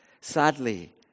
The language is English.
sadly